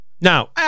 Now